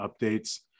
updates